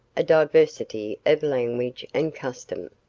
a diversity of language and custom.